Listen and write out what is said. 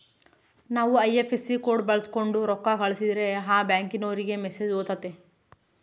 ನಾವು IFSC code ಬಳಕ್ಸೋಂಡು ರೊಕ್ಕ ಕಳಸಿದ್ರೆ ಆ ಬ್ಯಾಂಕಿನೋರಿಗೆ ಮೆಸೇಜ್ ಹೊತತೆ